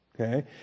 Okay